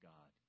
God